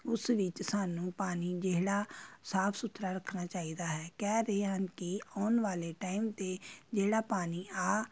ਉਸ ਵਿੱਚ ਸਾਨੂੰ ਪਾਣੀ ਜਿਹੜਾ ਸਾਫ਼ ਸੁਥਰਾ ਰੱਖਣਾ ਚਾਹੀਦਾ ਹੈ ਕਹਿ ਰਹੇ ਹਨ ਕਿ ਆਉਣ ਵਾਲੇ ਟਾਈਮ 'ਤੇ ਜਿਹੜਾ ਪਾਣੀ ਆ